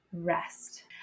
rest